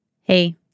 Hey